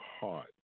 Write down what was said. heart